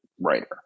writer